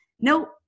nope